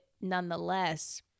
nonetheless